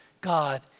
God